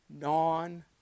non